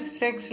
sex